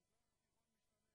ממשלת ישראל,